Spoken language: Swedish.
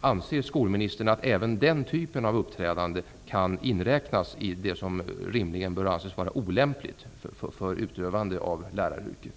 Anser skolministern att även den typen av uppträdande kan inräknas i vad som rimligen bör anses vara olämpligt för utövande av läraryrket?